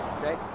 okay